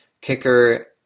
kicker